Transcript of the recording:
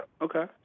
Okay